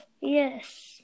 Yes